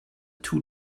two